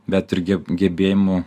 bet ir geb gebėjimų